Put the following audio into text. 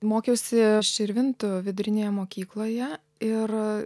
mokiausi širvintų vidurinėje mokykloje ir